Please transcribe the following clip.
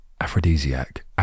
aphrodisiac